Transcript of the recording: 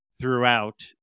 throughout